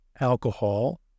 alcohol